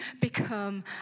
become